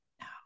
No